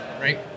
right